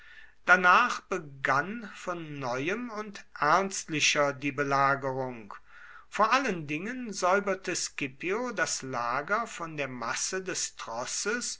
danach begann von neuem und ernstlicher die belagerung vor allen dingen säuberte scipio das lager von der masse des trosses